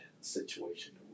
situation